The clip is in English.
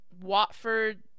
Watford